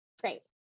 great